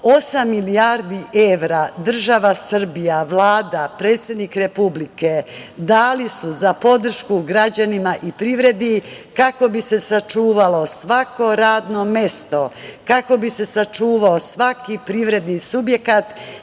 milijardi evra država Srbija, Vlada, predsednik Republike, dali su za podršku građanima i privredi, kako bi se sačuvalo svako radno mesto, kako bi se sačuvao svaki privredni subjekat